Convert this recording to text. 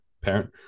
Parent